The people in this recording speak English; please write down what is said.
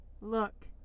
Look